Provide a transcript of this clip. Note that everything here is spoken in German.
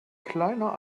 kleiner